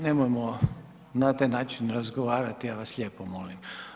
Nemojmo na taj način razgovarati, ja vas lijepo molim.